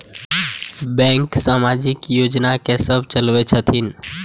Bank समाजिक योजना की सब चलावै छथिन?